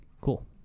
cool